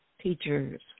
teachers